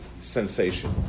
sensation